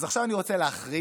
אז עכשיו אני רוצה להכריז: